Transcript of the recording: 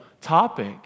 topic